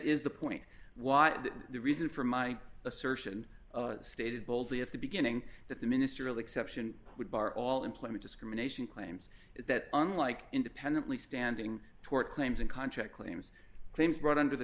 is the point why is the reason for my assertion stated boldly at the beginning that the minister of exception would bar all employment discrimination claims is that unlike independently standing tort claims and contract claims claims brought under the